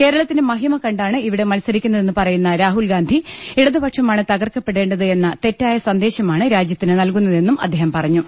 കേരളത്തിന്റെ മഹിമ കണ്ടാണ് ഇവിടെ മത്സരിക്കുന്നതെന്നു പറയുന്ന രാഹുൽ ഗാന്ധി ഇടത്തുപക്ഷമാണ് തകർക്കപ്പെടേണ്ടത് എന്ന തെറ്റായ സന്ദേശമാണ് രാജ്യത്തിന് നൽകുന്നതെന്നും അദ്ദേഹം പറഞ്ഞു